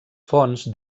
fonts